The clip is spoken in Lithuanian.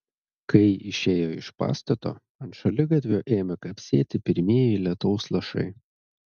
kai išėjo iš pastato ant šaligatvio ėmė kapsėti pirmieji lietaus lašai